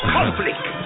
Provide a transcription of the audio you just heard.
Conflict